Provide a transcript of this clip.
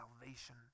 salvation